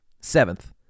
seventh